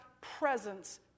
presence